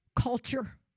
culture